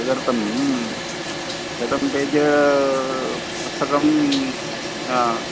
तदर्थं शतं पेज् पुस्तकं हा